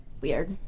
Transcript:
weird